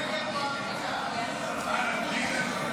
נגד.